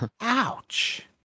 Ouch